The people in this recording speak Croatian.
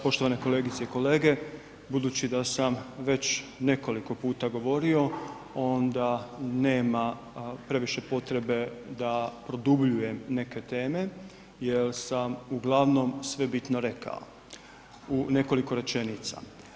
Poštovane kolegice i kolege, budući da sam već nekoliko puta govorio, onda nema previše potrebe da produbljujem neke teme jel sam uglavnom sve bitno rekao u nekoliko rečenica.